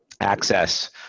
access